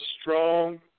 strong